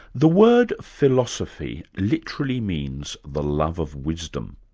the word philosophy literally means the love of wisdom,